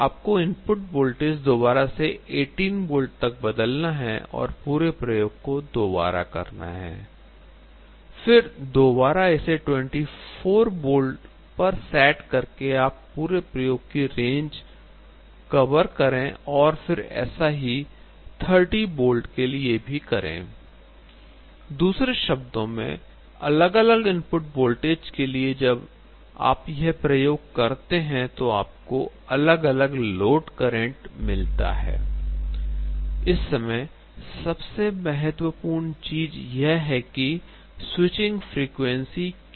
आपको input voltage दोबारा से 18 V तक बदलना है और पूरे प्रयोग को दोबारा करना है I फिर दोबारा इसे 24V पर सेट कर के आप पूरे प्रयोग की पूरी रेंज को कवर करें और फिर ऐसा ही 30 V के लिए भी करें I दूसरे शब्दों में अलग अलग इनपुट वोल्टेज के लिए जब आप यह प्रयोग करते हैं तो आपको अलग अलग लोड करंट मिलता है I इस समय सबसे महत्वपूर्ण चीज यह है कि स्विचिंग फ्रीक्वेंसी क्या है